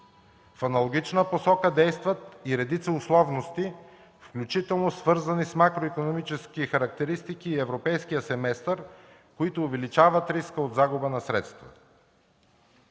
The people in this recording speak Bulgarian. В аналогична посока действат и редица условности, включително свързани с макроикономически характеристики и Европейския семестър, които увеличават риска от загуба на средства.